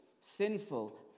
sinful